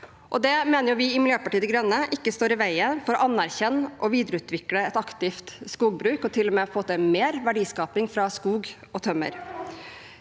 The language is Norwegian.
Det mener vi i Miljøpartiet De Grønne ikke står i veien for å anerkjenne og videreutvikle et aktivt skogbruk, og til og med få til mer verdiskaping fra skog og tømmer.